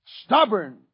Stubborn